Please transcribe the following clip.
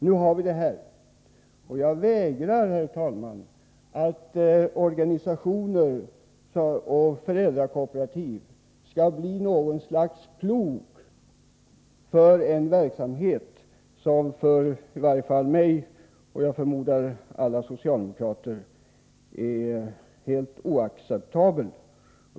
Nu har vi det här, och jag vägrar acceptera tanken, herr talman, att organisationer och föräldrakooperativ skall bli något slags plog för en verksamhet som för i varje fall mig, och jag förmodar för alla socialdemokrater, är helt oacceptabel.